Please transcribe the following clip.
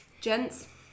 gents